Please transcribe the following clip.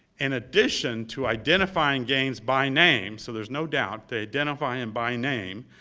in addition to identifying gaines by name, so there's no doubt, they identify him by name,